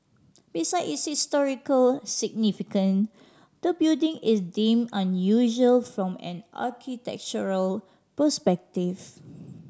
besides its historical significant the building is deemed unusual from an architectural perspective